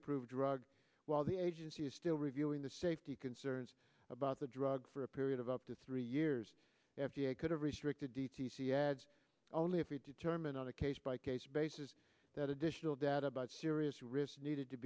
approved drug while the agency is still reviewing the safety concerns about the drug for a period of up to three years f d a could have restricted d t c ads only if we determine on a case by case basis that additional data about serious risks needed to